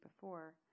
before